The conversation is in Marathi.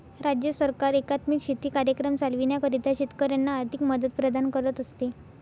राज्य सरकार एकात्मिक शेती कार्यक्रम चालविण्याकरिता शेतकऱ्यांना आर्थिक मदत प्रदान करत असते